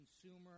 consumer